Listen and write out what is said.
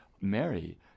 Mary